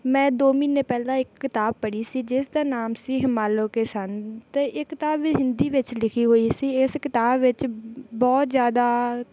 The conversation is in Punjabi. ਮੈਂ ਦੋ ਮਹੀਨੇ ਪਹਿਲਾਂ ਇੱਕ ਕਿਤਾਬ ਪੜ੍ਹੀ ਸੀ ਜਿਸ ਦਾ ਨਾਮ ਸੀ ਹਿਮਾਲੋ ਕੇ ਸੰਤ ਇਹ ਕਿਤਾਬ ਹਿੰਦੀ ਵਿੱਚ ਲਿਖੀ ਹੋਈ ਸੀ ਇਸ ਕਿਤਾਬ ਵਿੱਚ ਬਹੁਤ ਜ਼ਿਆਦਾ